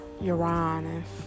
Uranus